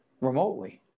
remotely